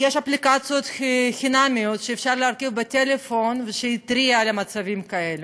יש אפליקציות חינמיות שאפשר להרכיב בטלפון שיתריעו על מצבים כאלה,